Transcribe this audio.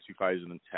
2010